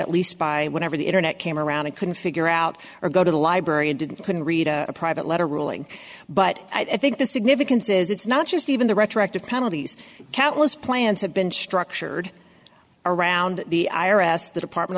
at least by whatever the internet came around and couldn't figure out or go to the library and didn't couldn't read a private letter ruling but i think the significance is it's not just even the retroactive penalties countless plans have been structured around the i r s the department